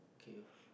K